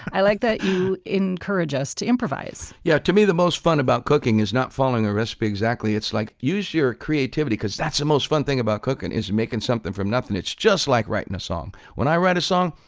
i like that you encourage us to improvise yeah to me the most fun about cooking is not following a recipe exactly. like use your creativity because that's the most fun thing about cooking is making something from nothing it's just like writing a song. when i write a song,